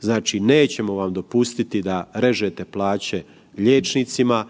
Znači nećemo vam dopustiti da režete plaće liječnicima,